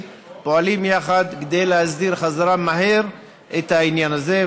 פועלים יחד כדי להסדיר חזרה מהר את העניין הזה,